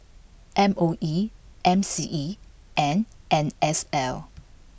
M O E M C E and N S L